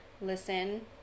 Listen